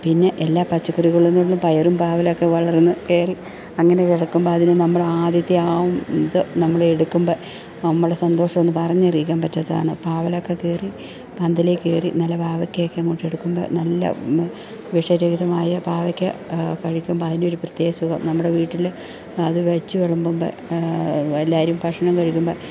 പിന്നെ എല്ലാ പച്ചക്കറികളിൽ നിന്നും പയറും പാവലൊക്കെ വളർന്നു കയറി അങ്ങനെ കിടക്കുമ്പോൾ അതിനു നമ്മൾ ആദ്യത്തെ ആ ഇത് നമ്മളെടുക്കുമ്പോൾ നമ്മുടെ സന്തോഷമൊന്ന് പറഞ്ഞറിയിക്കാൻ പറ്റാത്തതാണ് പാവലൊക്കെക്കയറി പന്തലിൽക്കയറി നല്ല പാവയ്ക്കയൊക്കെ അങ്ങോട്ടെടുക്കുമ്പോൾ നല്ല വിഷരഹിതമായ പാവയ്ക്ക കഴിക്കുമ്പോൾ അതിനൊരു പ്രത്യേക സുഖം നമ്മുടെ വീട്ടിൽ അതു വെച്ച് വിളമ്പുമ്പോൾ എല്ലാവരും ഭക്ഷണം കഴിക്കുമ്പോൾ